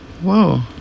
Whoa